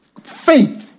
faith